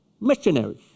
missionaries